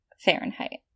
Fahrenheit